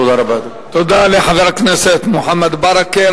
תודה רבה לחבר הכנסת מוחמד ברכה.